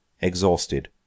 exhausted